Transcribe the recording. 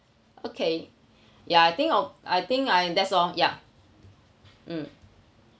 okay ya I think I'll I think I that's all ya mm